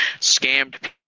scammed